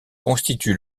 constitue